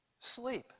sleep